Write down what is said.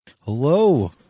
Hello